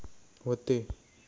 व्हते